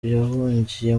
yahungiye